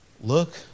Look